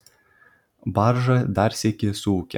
barža dar sykį suūkė